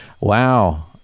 Wow